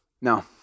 no